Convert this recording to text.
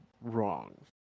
wrong